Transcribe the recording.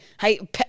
hey